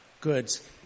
goods